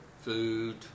food